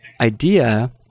idea